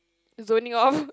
zoning off